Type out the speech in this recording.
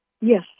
Yes